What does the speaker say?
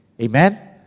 Amen